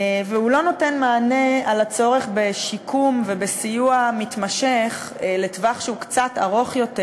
והוא לא נותן מענה לצורך בשיקום ובסיוע מתמשך לטווח שהוא קצת ארוך יותר,